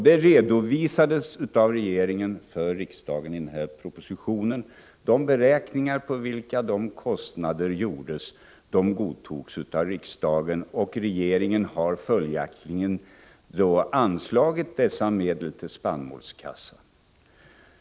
I propositionen om livsmedelspolitiken redovisade regeringen för riksdagen de beräkningar av kostnaderna som hade gjorts. Beräkningarna godtogs av riksdagen. Regeringen har följaktligen anslagit dessa medel till spannmålskassan.